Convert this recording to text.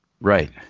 Right